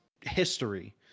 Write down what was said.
history